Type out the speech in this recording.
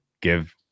give